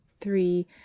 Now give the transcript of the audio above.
three